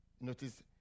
Notice